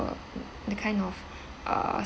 the kind of uh